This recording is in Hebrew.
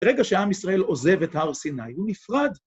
ברגע שעם ישראל עוזב את הר סיני הוא נפרד.